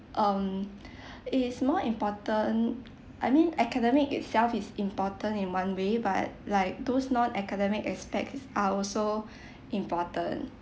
um it is more important I mean academic itself is important in one way but like those non academic aspects are also important